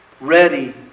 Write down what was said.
ready